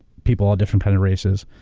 people, all different kind of races,